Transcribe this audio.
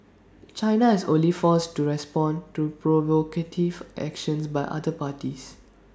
China has only forced to respond to provocative action by other parties